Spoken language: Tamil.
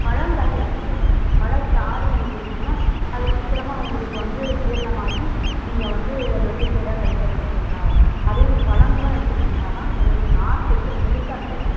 பழங்களா எடுத்துக்கோங்க பழச்சாறு நீங்கள் குடிச்சிங்கன்னால் அது சீக்கிரமாக உங்களுக்கு வந்து ஜீரணமாகி நீங்கள் வந்து அதை சிறுநீராக கழிக்க வேண்டிய சூழ்நிலலாம் வரும் அதே இது பழங்களா எடுத்துக்கிட்டீங்கன்னால் தான் உங்களுக்கு நார் சத்து முழுசா கிடைக்கும்